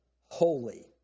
holy